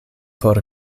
por